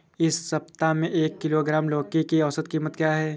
इस सप्ताह में एक किलोग्राम लौकी की औसत कीमत क्या है?